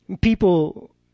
people